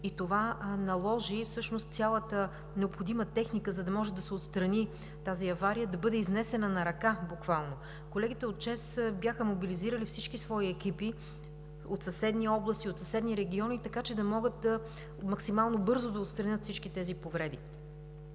и това наложи цялата необходима техника, за да може да се отстрани аварията, да бъде изнесена на ръка буквално. Колегите от ЧЕЗ бяха мобилизирали всички свои екипи – от съседни области, от съседни региони, така че да могат максимално бързо да отстранят всички тези повреди.